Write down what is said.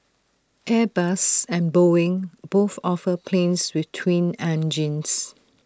airbus and boeing both offer planes with twin engines